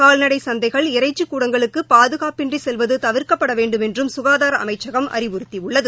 கால்நடை சந்தைகள் இறைச்சி கூடப்களுக்கு பாதுகாப்பின்றி செல்வது தவிர்க்கப்பட வேண்டுமென்றம் சுகாதார அமைச்சகம் அறிவுறுத்தியுள்ளது